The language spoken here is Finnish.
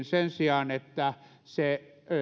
sen sijaan että se